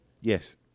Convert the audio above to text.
Yes